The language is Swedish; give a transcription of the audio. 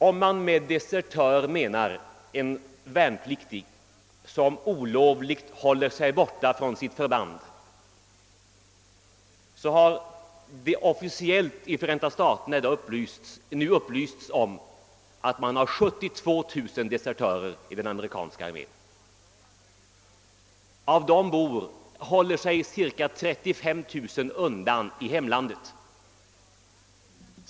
Om man med desertör menar en värnpliktig som olovligt håller sig borta från sitt förband, har man 72 000 desertörer i den amerikanska armén, enligt vad som officiellt upplysts i Förenta staterna. Av dessa håller sig cirka 35 000 undan i hemlandet.